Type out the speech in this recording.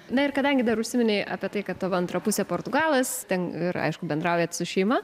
na ir kadangi dar užsiminei apie tai kad tavo antra pusė portugalas ten ir aišku bendraujat su šeima